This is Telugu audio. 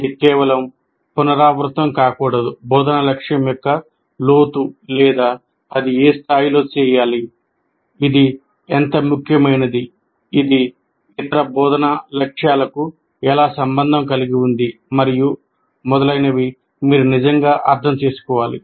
ఇది కేవలం పునరావృతం కాకూడదు బోధనా లక్ష్యం యొక్క లోతు లేదా అది ఏ స్థాయిలో చేయాలి ఇది ఎంత ముఖ్యమైనది ఇది ఇతర బోధనా లక్ష్యాలకు ఎలా సంబంధం కలిగి ఉంది మరియు మొదలైనవి మీరు నిజంగా అర్థం చేసుకోవాలి